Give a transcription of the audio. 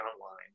online